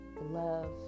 Love